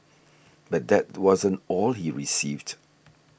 but that wasn't all he received